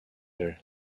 her